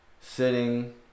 sitting